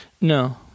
no